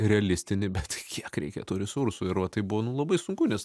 realistinį bet kiek reikia tų resursų ir va tai buvo labai sunku nes